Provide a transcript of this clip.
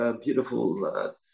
beautiful